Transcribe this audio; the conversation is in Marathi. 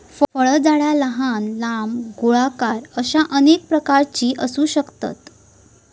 फळझाडा लहान, लांब, गोलाकार अश्या अनेक प्रकारची असू शकतत